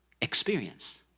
experience